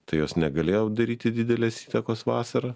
tai jos negalėjo daryti didelės įtakos vasarą